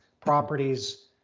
properties